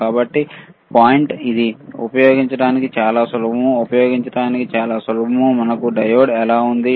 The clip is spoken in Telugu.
కాబట్టి విషయం ఏమిటంటే ఇది ఉపయోగించడానికి చాలా సులభం ఉపయోగించడానికి చాలా సులభం మనకు డయోడ్ ఎలా ఉంది